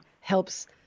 helps